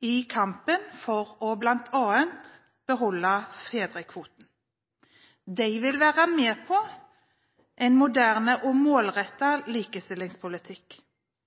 i kampen for bl.a. å beholde fedrekvoten. De vil være med på en moderne og målrettet likestillingspolitikk.